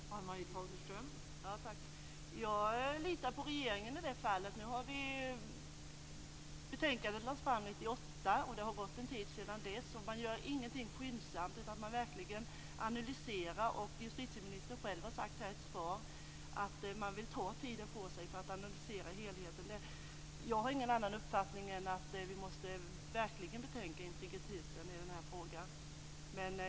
Fru talman! Jag litar på regeringen i det fallet. Betänkandet lades fram 1998, så det har ju gått en tid sedan dess. Man gör ingenting skyndsamt, utan man analyserar verkligen detta. Justitieministern själv har sagt i ett svar här att man vill ta tid på sig för att analysera helheten. Jag har ingen annan uppfattning än att vi verkligen måste betänka integriteten i den här frågan.